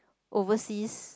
overseas